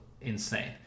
insane